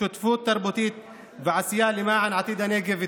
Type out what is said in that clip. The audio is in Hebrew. שותפות תרבותית ועשייה למען עתיד הנגב ותושביו.